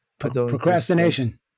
procrastination